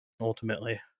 ultimately